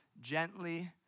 gently